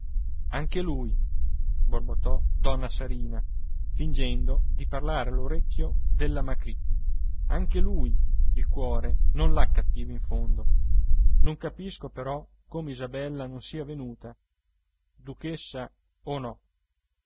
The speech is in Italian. anche lui borbottò donna sarina fingendo di parlare all'orecchio della macrì anche lui il cuore non l'ha cattivo in fondo non capisco però come isabella non sia venuta duchessa o no